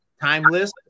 timeless